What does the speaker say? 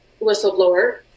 whistleblower